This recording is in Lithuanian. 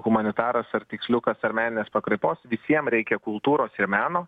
humanitaras ar tiksliukas ar meninės pakraipos visiem reikia kultūros ir meno